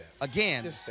again